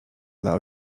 dla